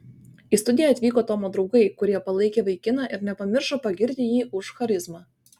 į studiją atvyko tomo draugai kurie palaikė vaikiną ir nepamiršo pagirti jį už charizmą